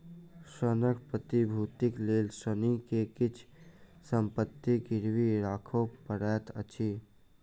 ऋणक प्रतिभूतिक लेल ऋणी के किछ संपत्ति गिरवी राखअ पड़ैत अछि